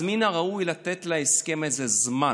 אז מן הראוי לתת להסכם איזה זמן.